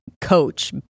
coach